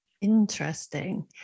Interesting